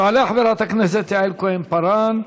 תעלה חברת הכנסת יעל כהן-פארן,